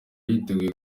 yiteguye